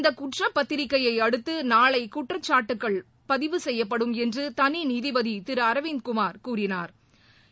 இந்த குற்றப்பத்திரிகையை அடுத்து நாளை குற்றச்சாட்டுக்கள் பதிவு செய்யப்படும் என்று தனி நீதிபதி திரு அரவிந்த் குமாா் கூறினாா்